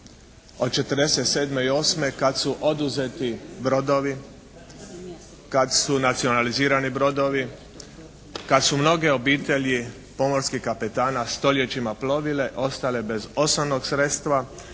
od '47. i '48. kada su oduzeti brodovi, kad su nacionalizirani brodovi, kad su mnoge obitelji pomorskih kapetana stoljećima plovile, ostale zbog osnovnog sredstva